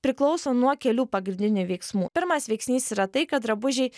priklauso nuo kelių pagrindinių veiksmų pirmas veiksnys yra tai kad drabužiai